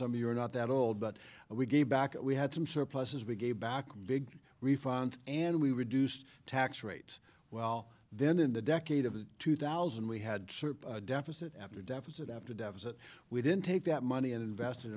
some you're not that old but we gave back we had some surpluses we gave back big refund and we reduced tax rates well then in the decade of two thousand we had certain deficit after deficit after deficit we didn't take that money and invest